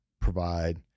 provide